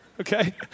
Okay